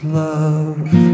love